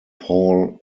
paul